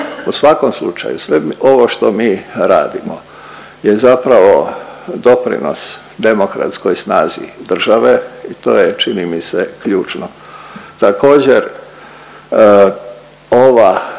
U svakom slučaju sve ovo što mi radimo je zapravo doprinos demokratskoj snazi države i to je čini mi se ključno. Također ova